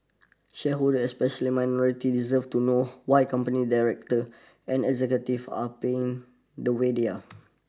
shareholders especially minorities deserve to know why company directors and executives are paying the way they are